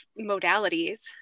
modalities